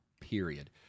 period